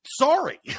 Sorry